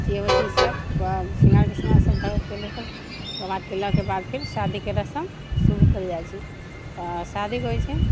जे होइ छै सभ सिङ्गारके सामान सभ बाद तिलकके बाद शादीके रस्म शुरू कयल जाइ छै आओर शादी होइ छै